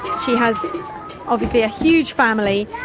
she has obviously a huge family,